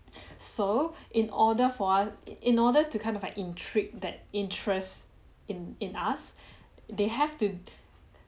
so in order for us in order to kind of like intrigue that interest in in us they have to